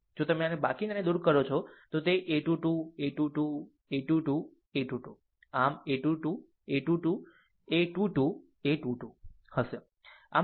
જો તમે બાકીનાને દૂર કરો તો તે a 2 2 a 2 2 a 2 2 a 2 2 આમ a 2 2 a 2 2 a 2 2 a 2 2 હશે